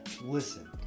listen